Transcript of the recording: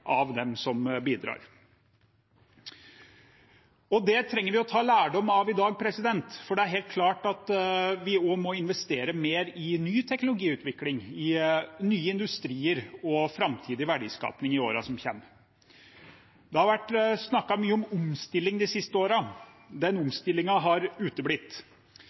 av dem som bidrar. Og det trenger vi å ta lærdom av i dag, for det er helt klart at vi også må investere mer i ny teknologiutvikling, i nye industrier og i framtidig verdiskaping i årene som kommer. Det har vært snakket mye om omstilling de siste årene. Den omstillingen har uteblitt.